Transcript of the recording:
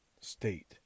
state